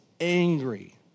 angry